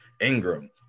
Ingram